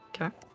okay